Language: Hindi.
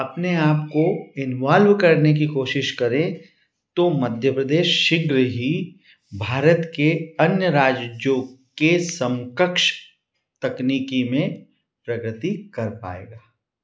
अपने आप को इन्वॉल्व करने की कोशिश करें तो मध्य प्रदेश शीघ्र ही भारत के अन्य राज्यों के समकक्ष तकनीकी में प्रगति कर पाएगा